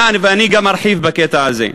ואני גם ארחיב בקטע הזה.